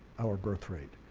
our birthrate,